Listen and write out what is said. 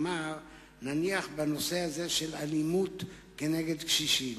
נניח, בנושא של אלימות נגד קשישים